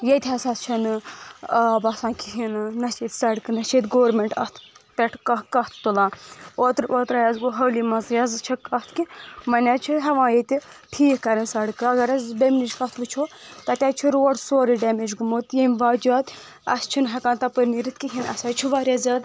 ییٚتہِ ہسا چھنہٕ آب اسان کہیٖنۍ نہٕ نہَ چھِ ییٚتہِ سڑکہٕ نہَ چھِ ییٚتہِ گورمینٹ اتھ پٮ۪ٹھ کانٛہہ کتھ تُلان اوترٕ اوترٕے حظ گوٚو حٲلسے منٛز یہِ حظ زِ چھےٚ کتھ کہِ وۄنۍ حظ چھِ ہٮ۪وان ییٚتہِ ٹھیٖک کرٕنی سڑکہٕ اگر أسۍ بیمنٕچ کتھ وٕچھو تتہِ حظ چھُ روڈ سورُے ڈیمیج گوٚمُت ییٚمہِ وجوہات اسہِ چھنہٕ ہٮ۪کان تپٲرۍ نیٖرِتھ کہیٖنۍ اسہِ حظ چھُ واریاہ زیادٕ